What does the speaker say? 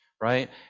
right